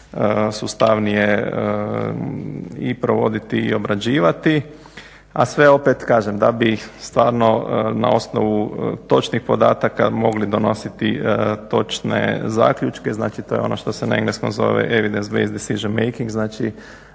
još sustavnije i provoditi i obrađivati, a sve opet kažem da bi stvarno na osnovu točnih podataka mogli donositi točne zaključke. Znači, to je ono što se na engleskom zove …/Govornik govori engleski, ne